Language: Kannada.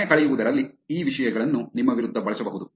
ಸಮಯ ಕಳೆಯುವುದರಲ್ಲಿ ಈ ವಿಷಯಗಳನ್ನು ನಿಮ್ಮ ವಿರುದ್ಧ ಬಳಸಬಹುದು